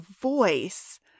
voice